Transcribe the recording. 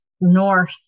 north